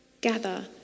gather